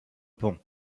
pont